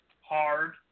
hard